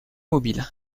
mobile